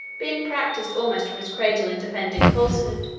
being practised almost from his cradle in defending falsehood,